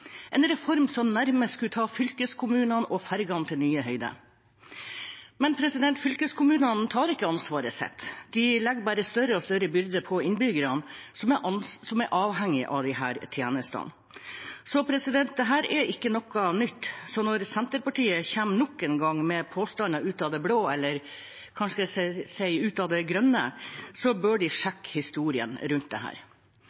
en reform som nærmest skulle ta fylkeskommunene og fergene til nye høyder. Men fylkeskommunene tar ikke ansvaret sitt. De legger bare større og større byrder på innbyggerne, som er avhengig av disse tjenestene. Så dette er ikke noe nytt. Når Senterpartiet nok en gang kommer med påstander ut av det blå – eller kanskje jeg skal si ut av det grønne – bør de